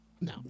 No